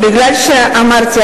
כי אמרתי,